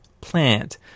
plant